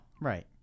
right